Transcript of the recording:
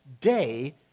day